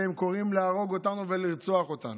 והם קוראים להרוג אותנו ולרצוח אותנו.